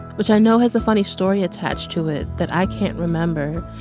which i know has a funny story attached to it that i can't remember.